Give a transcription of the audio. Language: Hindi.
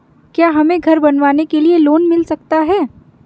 क्या हमें घर बनवाने के लिए लोन मिल सकता है?